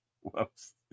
Whoops